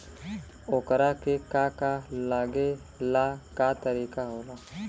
ओकरा के का का लागे ला का तरीका होला?